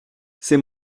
c’est